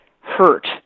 hurt